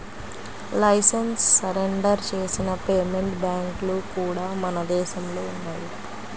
licence surrender చేసిన payment బ్యాంక్లు కూడా మన దేశంలో ఉన్నయ్యి